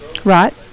Right